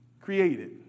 created